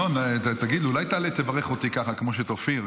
ינון, אולי תעלה, תברך אותי ככה, כמו שאת אופיר.